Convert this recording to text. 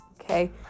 Okay